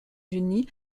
unis